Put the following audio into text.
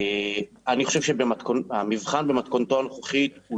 אני חושב שהמבחן במתכונתו הנוכחית הוא